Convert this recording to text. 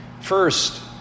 First